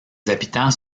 habitants